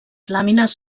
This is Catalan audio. làmines